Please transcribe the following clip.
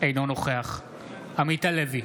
אינו נוכח עמית הלוי,